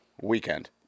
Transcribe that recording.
weekend